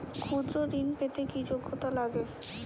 ক্ষুদ্র ঋণ পেতে কি যোগ্যতা লাগে?